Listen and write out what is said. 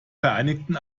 vereinigten